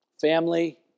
Family